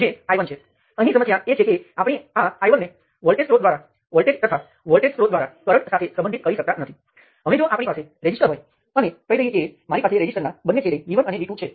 જ્યારે આ કિસ્સામાં જ્યારે તમે તેને સુપર નોડ માટે લખો છો ત્યારે નોડ વચ્ચે વહેતો કોઈપણ કરંટ દેખાશે નહીં કારણ કે તે કરંટ આ સપાટીને ઓળંગતો નથી